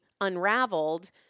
unraveled